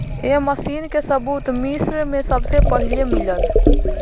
ए machine के सबूत मिस्र में सबसे पहिले मिलल